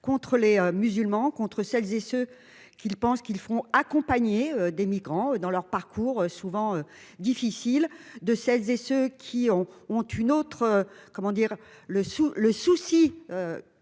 contre les musulmans contre celles et ceux qui le pensent qu'ils feront, accompagnés des migrants dans leur parcours souvent difficile de celles et ceux qui en ont une autre comment dire le sous